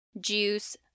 juice